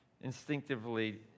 instinctively